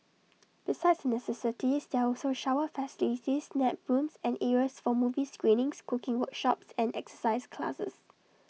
besides the necessities there are also shower facilities nap rooms and areas for movie screenings cooking workshops and exercise classes